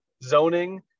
zoning